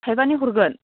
थाइबानि हरगोन